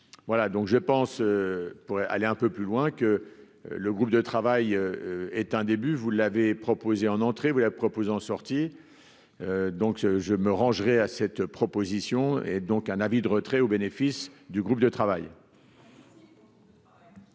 voilà donc je pense, pour aller un peu plus loin que le groupe de travail est un début, vous l'avez proposé en entrée ou la proposant sortie donc je me rangerai à cette proposition, et donc un avis de retrait au bénéfice du groupe de travail.